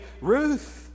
Ruth